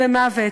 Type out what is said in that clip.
במוות.